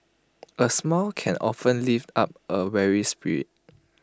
A smile can often lift up A weary spirit